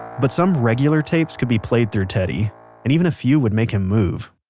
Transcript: but some regular tapes could be played through teddy and even a few would make him move.